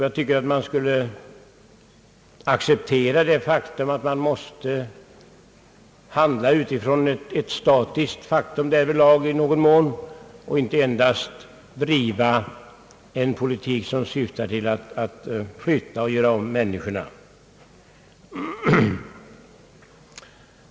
Jag tycker att man borde acceptera det faktum att man måste handla utifrån ett någorlunda statiskt förhållande och att man inte endast får driva en politik som syftar till att flytta och göra om människorna.